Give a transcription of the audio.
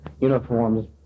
uniforms